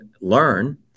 learn